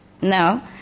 Now